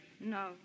No